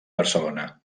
barcelona